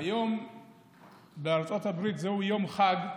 היום בארצות הברית זהו יום חג,